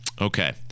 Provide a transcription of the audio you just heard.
Okay